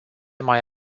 mai